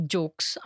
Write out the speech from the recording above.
Jokes